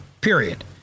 period